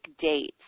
dates